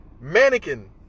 Mannequin